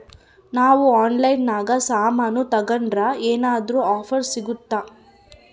ನಾವು ಆನ್ಲೈನಿನಾಗ ಸಾಮಾನು ತಗಂಡ್ರ ಏನಾದ್ರೂ ಆಫರ್ ಸಿಗುತ್ತಾ?